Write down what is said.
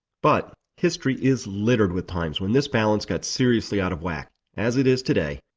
but history is littered with times when this balance got seriously out of whack, as it is today,